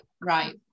right